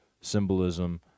symbolism